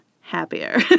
happier